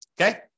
Okay